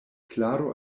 klaro